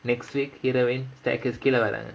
next week heroine staircase கீழ வராங்க:keela varaanga